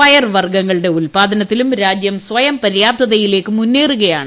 പയർവർഗ്ഗങ്ങളുടെ ഉൽപ്പാദനത്തിലും രാജ്യം സ്വയം പര്യാപ്തതയിലേയ്ക്ക് മുന്നേറുകയാണ്